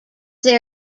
they